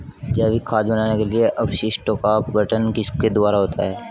जैविक खाद बनाने के लिए अपशिष्टों का अपघटन किसके द्वारा होता है?